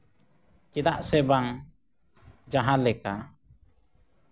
ᱪᱮᱫᱟᱜ ᱥᱮ ᱵᱟᱝ ᱡᱟᱦᱟᱸ ᱞᱮᱠᱟ